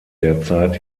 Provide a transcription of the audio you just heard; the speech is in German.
derzeit